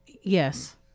Yes